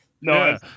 no